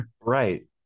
right